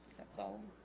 that's all